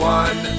one